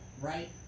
right